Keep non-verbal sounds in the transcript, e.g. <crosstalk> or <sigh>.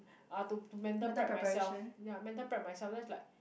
uh to to mental prep myself <breath> ya mental prep myself then is like